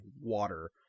water